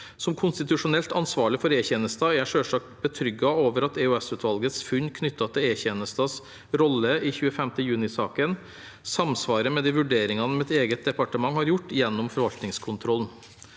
Som konstitusjonelt ansvarlig for E-tjenesten er jeg selvsagt betrygget over at EOS-utvalgets funn knyttet til E-tjenestens rolle i 25. juni-saken samsvarer med de vurderingene mitt eget departement har gjort gjennom forvaltningskontrollen.